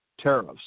tariffs